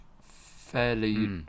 fairly